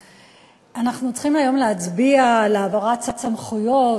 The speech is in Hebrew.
אנחנו צריכים היום להצביע על העברת סמכויות,